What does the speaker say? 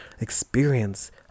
experience